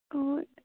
ꯍꯣꯏ